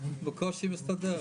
בקושי מסתדר.